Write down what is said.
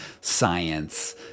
science